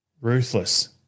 Ruthless